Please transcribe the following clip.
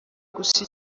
gusa